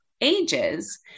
ages